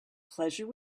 pleasure